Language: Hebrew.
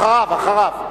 אחריו, אחריו.